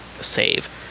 save